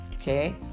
Okay